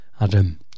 Adam